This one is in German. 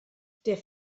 der